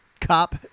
cop